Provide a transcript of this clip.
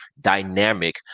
dynamic